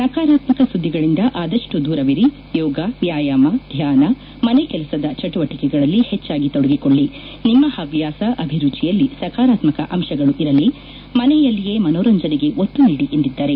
ನಕಾರಾತ್ಮಕ ಸುದ್ದಿಗಳಿಂದ ಆದಷ್ಟು ದೂರವಿರಿ ಯೋಗ ವ್ಯಾಯಾಮ ಧ್ಯಾನ ಮನೆ ಕೆಲಸದ ಚಟುವಟಿಕೆಗಳಲ್ಲಿ ಹೆಚ್ಚಾಗಿ ತೊಡಗಿಕೊಳ್ಳಿ ನಿಮ್ಮ ಹವ್ಯಾಸ ಅಭಿರುಚಿಯಲ್ಲಿ ಸಕರಾತ್ಮಕ ಅಂಶಗಳು ಇರಲಿ ಮನೆಯಲ್ಲಿಯೇ ಮನೋರಂಜನೆಗೆ ಒತ್ತು ನೀದಿ ಎಂದಿದ್ದಾರೆ